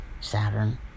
Saturn